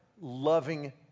loving